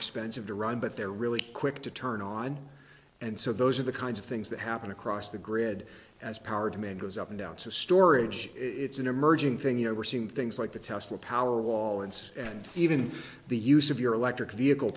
expensive to run but they're really quick to turn on and so those are the kinds of things that happen across the grid as power demand goes up and down so storage it's an emerging thing you know we're seeing things like the tesla power wallets and even the use of your electric vehicle